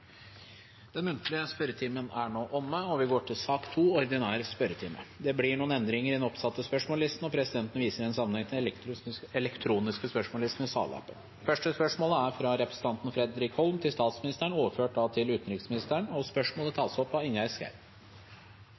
Den muntlige spørretimen er nå omme. Det blir noen endringer i den oppsatte spørsmålslisten, og presidenten viser i den sammenhengen til den elektroniske spørsmålslisten. Endringene var som følger: Spørsmål 1, fra representanten Fredrik Holm til statsministeren, er overført til utenriksministeren. Spørsmålet vil bli tatt opp av representanten Ingjerd